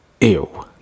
ew